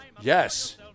Yes